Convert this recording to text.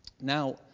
Now